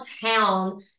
town